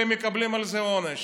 והם מקבלים על זה עונש.